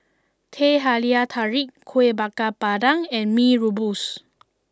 Teh Halia Tarik Kuih Bakar Pandan and Mee Rebus